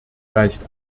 reicht